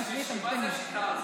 אתה אומר, מה זה השיטה הזאת?